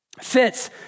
fits